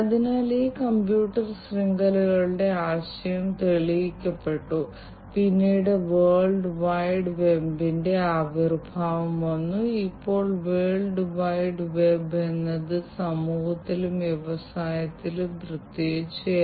അതിനാൽ ഞങ്ങൾ ഈ ഡാറ്റ നോക്കുകയാണെങ്കിൽ അടിസ്ഥാനപരമായി ഇത് അയച്ചയാളാണ് കാരണം ഇവിടെ കുറച്ച് പുക കണ്ടെത്തി അല്ലെങ്കിൽ ചില വാതകങ്ങൾ കണ്ടെത്തി കുറച്ച് കാർബൺ മോണോക്സൈഡ് വാതകം കണ്ടെത്തി അത് അയയ്ക്കുകയും റിസീവർ ഇവിടെ സ്വീകരിക്കുകയും ചെയ്യുന്നു